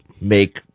make